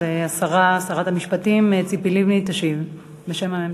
אז השרה, שרת המשפטים ציפי לבני, תשיב בשם הממשלה.